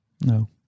No